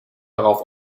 darauf